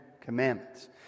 Commandments